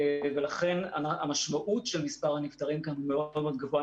ולכן המשמעות של מספר הנפטרים כאן היא מאוד מאוד גבוהה.